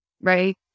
right